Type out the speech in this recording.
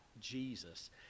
Jesus